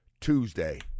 Tuesday